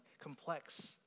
complex